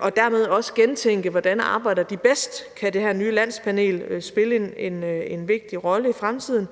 og dermed også med at gentænke, hvordan de arbejder bedst, og om det her nye landspanel kan spille en vigtig rolle i fremtiden,